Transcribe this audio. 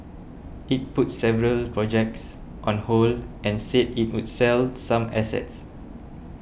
it put several projects on hold and said it would sell some assets